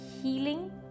healing